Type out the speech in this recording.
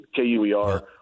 KUER